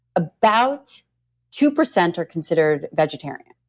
about two percent are considered vegetarian.